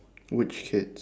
which kids